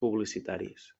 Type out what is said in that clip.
publicitaris